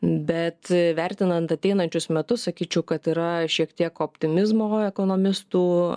bet vertinant ateinančius metus sakyčiau kad yra šiek tiek optimizmo ekonomistų